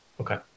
Okay